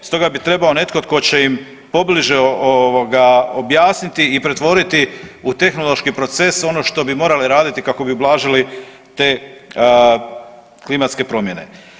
Stoga bi trebao netko tko će im pobliže objasniti i pretvoriti u tehnološki proces ono što bi morali raditi kako bi ublažili te klimatske promjene.